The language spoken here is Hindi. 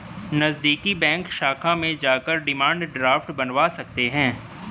नज़दीकी बैंक शाखा में जाकर डिमांड ड्राफ्ट बनवा सकते है